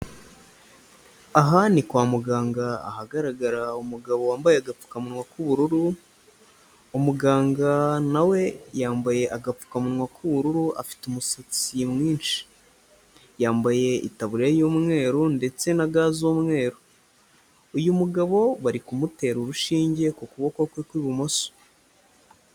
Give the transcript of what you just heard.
Aha ni kwa muganga, ahagaragarara umugabo wambaye agapfukamunwa k'ubururu, umuganga na we yambaye agapfukamunwa k'ubururu afite umusatsi mwinshi. Yambaye itabure y'umweru ndetse na ga z'umweru. Uyu mugabo bari kumutera urushinge ku kuboko kwe kw'ibumoso.